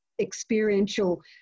experiential